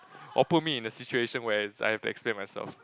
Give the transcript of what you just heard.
or put me in a situation where I have to explain myself